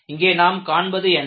இங்கே நாம் காண்பது என்ன